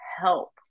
help